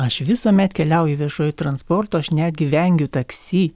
aš visuomet keliauju viešuoju transportu aš netgi vengiu taksi